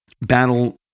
battle